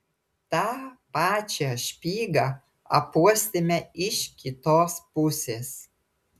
tą pačią špygą apuostėme iš kitos pusės